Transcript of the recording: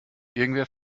irgendwer